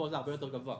ופה זה הרבה יותר גבוה.